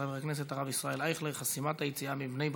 של חבר הכנסת הרב ישראל אייכלר: חסימת היציאה מבני ברק.